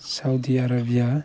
Saudi Arabia